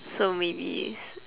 so maybe